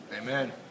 Amen